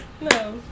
No